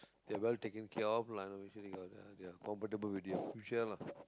they're well taken care of lah make sure they got ah comfortable with their future lah